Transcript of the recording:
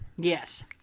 Yes